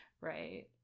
right